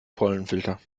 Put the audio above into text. pollenfilter